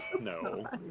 No